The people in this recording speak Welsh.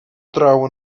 draw